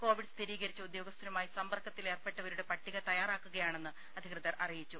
Covid സ്ഥിരീകരിച്ച ഉദ്യോഗസ്ഥനുമായി സമ്പർക്കത്തിലേർപ്പെട്ടവരുടെ പട്ടിക തയ്യാറാക്കുകയാണെന്ന് അധികൃതർ അറിയിച്ചു